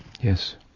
Yes